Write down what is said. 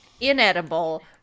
inedible